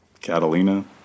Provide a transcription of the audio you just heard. Catalina